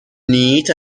neat